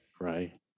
right